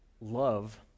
love